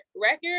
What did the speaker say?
record